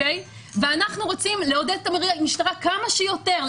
ואנחנו רוצים לעודד את המשטרה להתערב כמה שיותר,